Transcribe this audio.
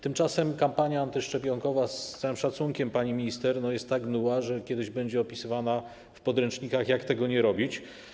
Tymczasem kampania antyszczepionkowa, z całym szacunkiem pani minister, jest tak mdła, że kiedyś będzie opisywana w podręcznikach, jak tego nie robić.